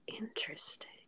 Interesting